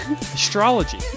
Astrology